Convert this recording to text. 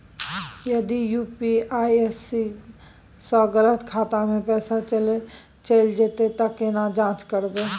यदि यु.पी.आई स गलत खाता मे पैसा चैल जेतै त केना जाँच करबे?